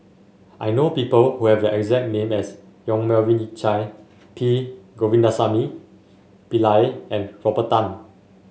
I know people who have the exact name as Yong Melvin Yik Chye P Govindasamy Pillai and Robert Tan